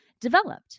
developed